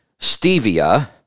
Stevia